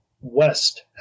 West